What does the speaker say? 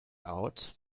out